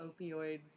opioid